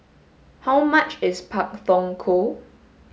how much is Pak Thong Ko